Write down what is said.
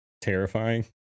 terrifying